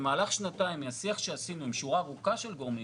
במהלך שנתיים מהשיח שעשינו עם שורה ארוכה של גורמים